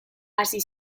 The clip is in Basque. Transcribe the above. hasi